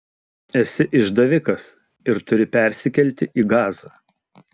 esi išdavikas ir turi persikelti į gazą